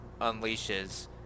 unleashes